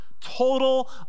total